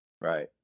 Right